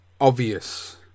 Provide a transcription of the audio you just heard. obvious